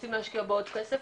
רוצים להשקיע בו עוד כסף,